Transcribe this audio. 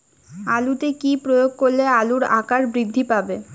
আলুতে কি প্রয়োগ করলে আলুর আকার বৃদ্ধি পাবে?